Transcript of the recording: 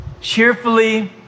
cheerfully